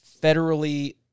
federally